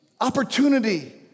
opportunity